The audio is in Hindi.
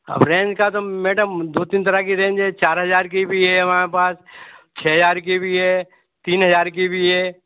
अब रेंज का तो मैडम दो तीन तरह की रेंज है चार हज़ार की भी है हमारे पास छः हज़ार की भी है तीन हज़ार की भी है